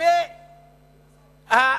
עוזרו הבכיר של פואד.